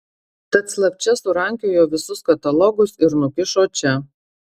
tad slapčia surankiojo visus katalogus ir nukišo čia